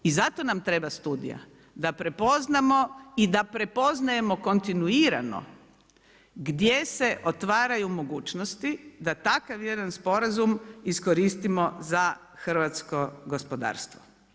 I zato nam treba studija, da prepoznamo i da prepoznajemo kontinuirano gdje se otvaraju mogućnosti da takav jedan sporazum iskoristimo za hrvatsko gospodarstvo.